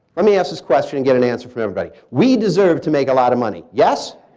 let me ask this question and get an answer from everybody. we deserve to make a lot of money. yes?